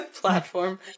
platform